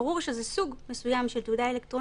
ברור שזה סוג מסוים של תעודה אלקטרונית